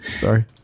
Sorry